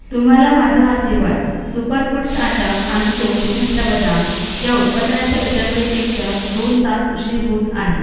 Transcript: तुम्हाला माझा Aashirvaad super foods आटा आणि चोवीस मंत्रा बदाम या उत्पादनाच्या वितरण वेळेपेक्षा दोन तास उशीर होत आहे